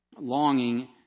longing